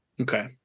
Okay